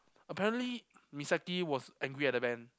apparently Misaki was angry at the band